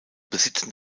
besitzen